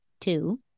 Two